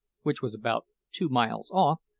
which was about two miles off,